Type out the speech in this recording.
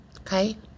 Okay